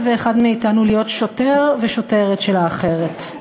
ואחד מאתנו להיות שוטר ושוטרת של האחרת.